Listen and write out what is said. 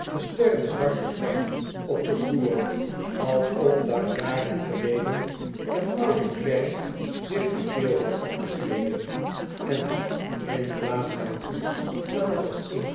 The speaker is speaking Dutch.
gesterde zwarte vlek op den vloer alsof daar jaren geleden een oude klerk zich de keel had afgesneden en in plaats van bloed een plas inkt